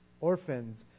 orphans